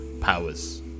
powers